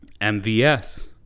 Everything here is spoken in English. MVS